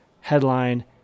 headline